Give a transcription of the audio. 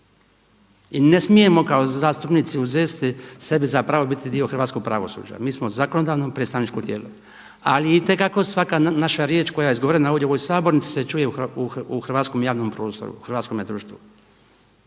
i ne smijemo kao zastupnici uzeti sebi za pravo biti dio hrvatskog pravosuđa. Mi smo zakonodavno predstavničko tijelo, ali itekako svaka naša riječ koja je izgovorena ovdje u ovoj Sabornici se čuje u hrvatskom javnom prostoru, u hrvatskom društvu.